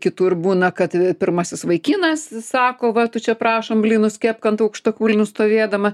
kitur būna kad pirmasis vaikinas sako va tu čia prašom blynus kepk ant aukštakulnių stovėdama